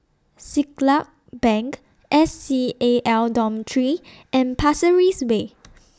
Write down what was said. Siglap Bank S C A L Dormitory and Pasir Ris Way